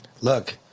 Look